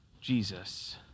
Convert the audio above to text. Jesus